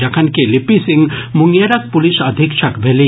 जखनकि लिपि सिंह मुंगेरक पुलिस अधीक्षक मेलीह